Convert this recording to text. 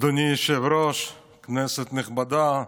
אדוני היושב-ראש, כנסת נכבדה,